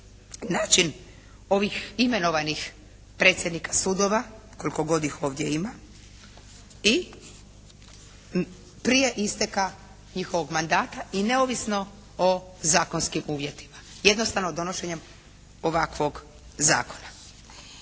način ovih imenovanih predsjednika sudova, koliko god ih ovdje ima i prije isteka njihovog mandata i neovisno o zakonskim uvjetima, jednostavno donošenjem ovakvog zakona.